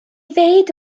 ddeud